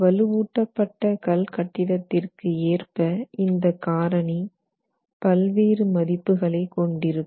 வலுவூட்டப்பட்ட கல் கட்டடத்திற்கு ஏற்ப இந்த காரணி பல்வேறு மதிப்புகளைக் கொண்டிருக்கும்